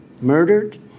murdered